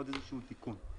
עוד איזשהו תיקון.